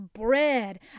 bread